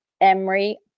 Emery